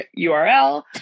URL